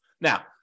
Now